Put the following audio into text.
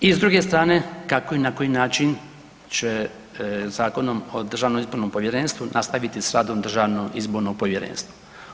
I s druge strane kako i na koji način će Zakonom o Državnom izbornom povjerenstvu, nastaviti s radom Državno izborno povjerenstvo.